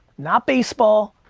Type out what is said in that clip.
not baseball,